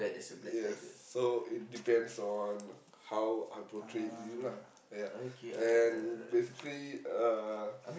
yes so it depends on how I portray it to you lah ya and basically uh